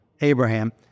abraham